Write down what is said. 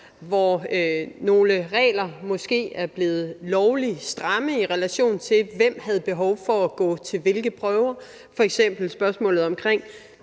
hvor nogle regler måske er blevet lovlig stramme, i relation til hvem der har behov for at gå til hvilke prøver. Det drejer sig